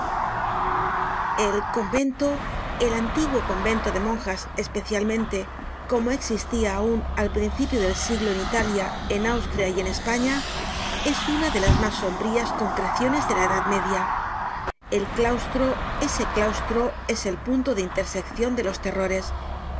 el convento el antiguo convento de monjas especialmente como existia aun al principio del siglo en italia en austria y en españa es una de las mas sombrías concreciones de la edad media el claustro ese claustro es el punto de interseccion de los terrores el